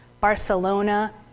Barcelona